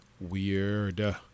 weird